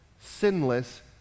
sinless